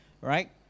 right